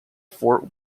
fort